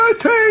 take